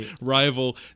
rival